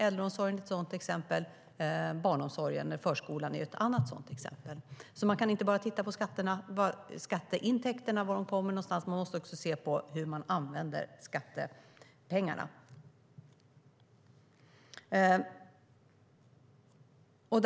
Äldreomsorgen är ett sådant exempel, och barnomsorgen med förskolan är ett annat exempel. Man kan inte bara titta på var skatteintäkterna kommer in, utan man måste också se på hur skattepengarna används.